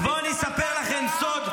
אז בואו אני אספר לכם סוד.